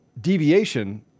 deviation